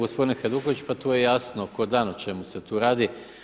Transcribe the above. Gospodine Hajduković pa tu je jasno kao dan o čemu se tu radi.